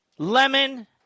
Lemon